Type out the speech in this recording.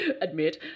admit